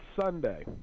Sunday